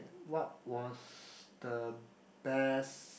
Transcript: what was the best